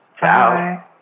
Bye